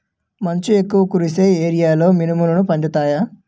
మంచు ఎక్కువుగా కురిసే ఏరియాలో మినుములు పండుతాయా?